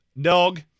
dog